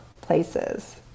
places